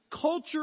culture